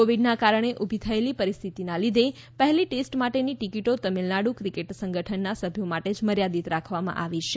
કોવિડના કારણે ઉભી થયેલી પરિસ્થિતિના લીધે પહેલી ટેસ્ટ માટેની ટિકિટો તમિલનાડુ ક્રિકેટ સંગઠનના સભ્યો માટે જ મર્યાદિત રાખવામાં આવી છે